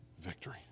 victory